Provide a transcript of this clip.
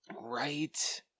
right